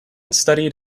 studied